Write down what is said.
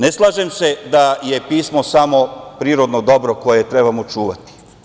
Ne slažem se da je pismo samo prirodno dobro koje trebamo čuvati.